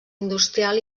industrial